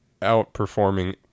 outperforming